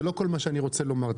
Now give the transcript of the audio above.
זה לא כל מה שאני רוצה לומר.